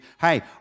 Hey